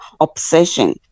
obsession